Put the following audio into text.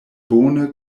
bone